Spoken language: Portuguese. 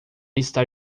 está